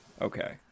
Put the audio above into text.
Okay